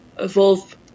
evolve